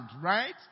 right